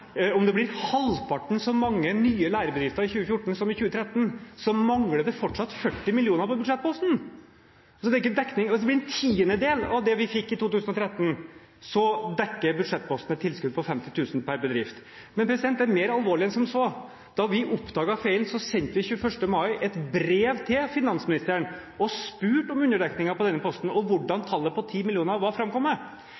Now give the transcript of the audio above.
Om det blir halvparten så mange nye lærebedrifter i 2014 som i 2013, mangler det fortsatt 40 mill. kr på budsjettposten. Det blir en tiendedel av det man fikk i 2013 som skal dekke budsjettposten med tilskudd på 50 000 kr per bedrift. Men det er mer alvorlig enn som så. Da vi oppdaget feilen, sendte vi den 21. mai et brev til finansministeren og spurte om underdekningen på denne posten og hvordan